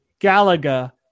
galaga